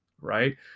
right